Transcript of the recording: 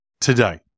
today